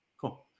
Cool